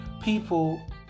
people